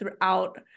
throughout